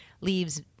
leaves